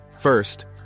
First